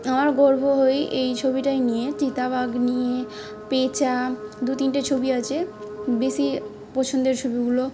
আমার গর্ব হই এই ছবিটাই নিয়ে চিত বাঘ নিয়ে পেঁচা দু তিনটে ছবি আছে বেশি পছন্দের ছবিগুলো